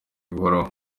buhoraho